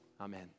Amen